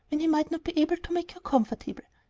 when he might not be able to make her comfortable.